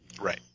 Right